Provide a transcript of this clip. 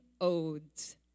odes